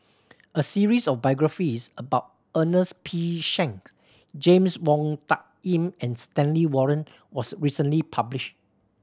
a series of biographies about Ernest P Shanks James Wong Tuck Yim and Stanley Warren was recently published